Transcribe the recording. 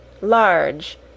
large